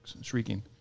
shrieking